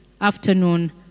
afternoon